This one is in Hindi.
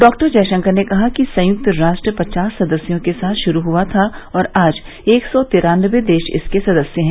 डॉ जयशंकर ने कहा कि संयुक्त राष्ट्र पचास सदस्यों के साथ शुरू हुआ था और आज एक सौ तिरान्नबे देश इसके सदस्य हैं